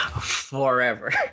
forever